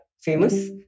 Famous